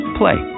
play